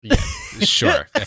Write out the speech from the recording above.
Sure